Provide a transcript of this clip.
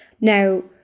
Now